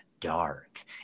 dark